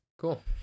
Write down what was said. Cool